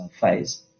phase